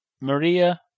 Maria